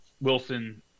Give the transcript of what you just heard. Wilson